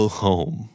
home